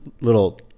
little